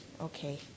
okay